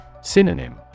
Synonym